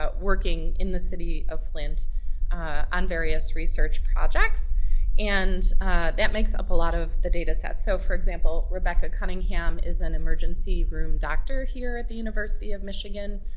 working in the city of flint on various research projects and that makes up a lot of the data sets. so for example, rebecca cunningham is an emergency room doctor here at the university of michigan,